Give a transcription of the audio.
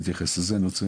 אני אתייחס לזה.